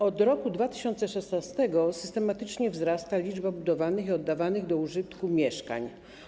Od roku 2016 systematycznie wzrasta liczba budowanych i oddawanych do użytku mieszkań.